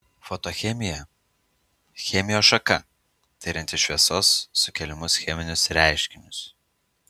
fotochemija chemijos šaka tirianti šviesos sukeliamus cheminius reiškinius